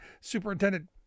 superintendent